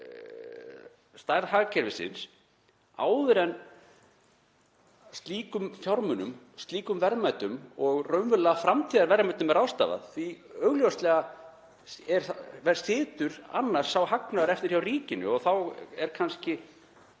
stærð hagkerfisins áður en slíkum fjármunum, slíkum verðmætum, raunverulega framtíðarverðmætum, er ráðstafað? Augljóslega situr sá hagnaður eftir hjá ríkinu og þá eru kannski